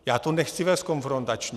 Já to nechci vést konfrontačně.